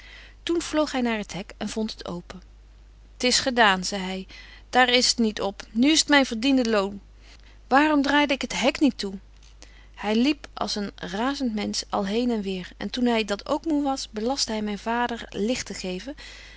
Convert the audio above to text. vloog hy naar t hek en vondt het open t is gedaan zei hy daar is niet op nu t is myn verdiende loon waarom d r de ik het hek niet toe hy liep als een razent mensch al heen en weêr en toen hy dat ook moê was belastte hy myn vader licht te geven